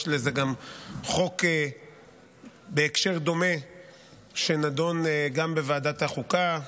יש גם חוק בהקשר דומה שנדון בוועדת החוקה,